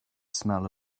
smell